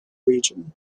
region